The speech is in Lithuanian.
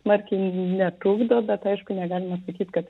smarkiai netrukdo bet aišku negalima sakyt kad